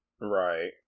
Right